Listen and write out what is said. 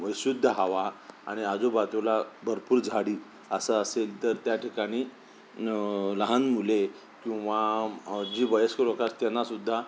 शुद्ध हवा आणि आजूबाजूला भरपूर झाडी असं असेल तर त्या ठिकाणी लहान मुले किंवा जी वयस्क लोकं असतात त्यांनासुद्धा